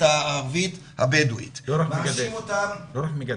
הערבית-הבדואית --- לא רק מגדף,